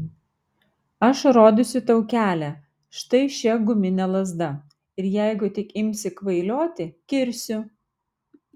aš rodysiu tau kelią štai šia gumine lazda ir jeigu tik imsi kvailioti kirsiu